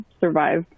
survive